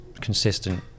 consistent